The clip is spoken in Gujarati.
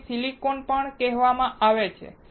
આને સિલિકોન પણ કહેવામાં આવે છે